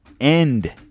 end